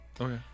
Okay